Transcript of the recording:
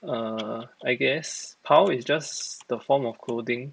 err I guess 袍 is just the form of clothing